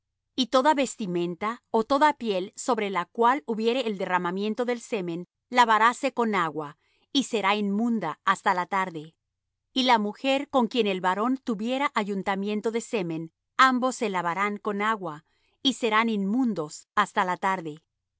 y toda vestimenta ó toda piel sobre la cual hubiere el derramamiento del semen lavaráse con agua y será inmunda hasta la tarde y la mujer con quien el varón tuviera ayuntamiento de semen ambos se lavarán con agua y serán inmundos hasta la tarde